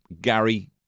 Gary